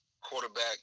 quarterback